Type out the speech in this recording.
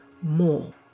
more